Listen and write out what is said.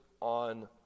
on